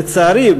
לצערי,